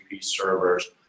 servers